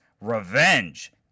Revenge